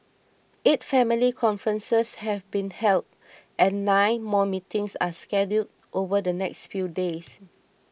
eight family conferences have been held and nine more meetings are scheduled over the next few days